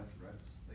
threats